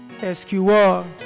SQR